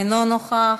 אינו נוכח,